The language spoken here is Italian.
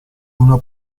una